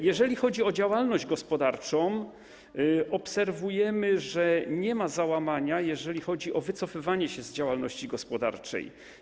Jeżeli chodzi o działalność gospodarczą, obserwujemy, że nie ma załamania, jeżeli chodzi o wycofywanie się z działalności gospodarczej.